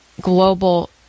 global